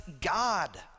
God